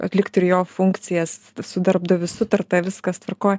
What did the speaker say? atlikt ir jo funkcijas su darbdaviu sutarta viskas tvarkoj